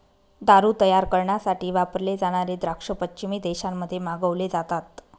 दारू तयार करण्यासाठी वापरले जाणारे द्राक्ष पश्चिमी देशांमध्ये मागवले जातात